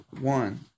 one